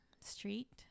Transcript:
street